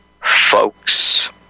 folks